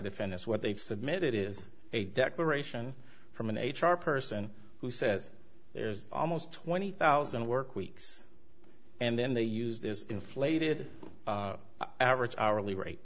fenice what they've submitted is a declaration from an h r person who says there's almost twenty thousand work weeks and then they use this inflated average hourly rate